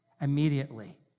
Immediately